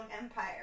empire